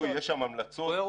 יש שם המלצות --- זה לא אותו דבר.